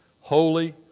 Holy